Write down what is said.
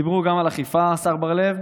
דיברו גם על אכיפה, השר בר לב,